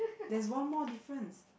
there's one more difference